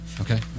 Okay